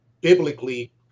biblically